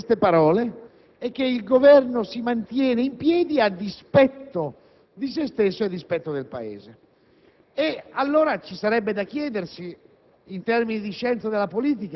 Quindi, in realtà il risultato netto di tutte queste parole è che il Governo si mantiene in piedi a dispetto di se stesso e a dispetto del Paese.